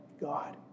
God